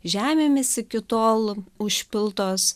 žemėmis iki tol užpiltos